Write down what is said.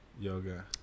yoga